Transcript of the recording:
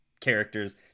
characters